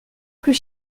plus